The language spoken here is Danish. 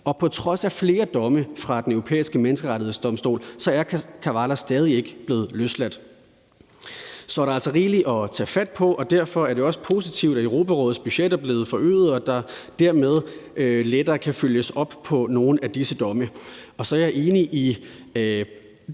og på trods af flere domme fra Den Europæiske Menneskerettighedsdomstol er Osman Kavala stadig ikke blevet løsladt. Så der er altså rigeligt at tage fat på. Derfor er det også positivt, at Europarådets budget er blevet forøget, og at der dermed lettere kan følges op på nogle af disse domme. Jeg er enig med